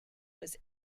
was